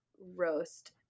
roast